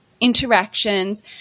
interactions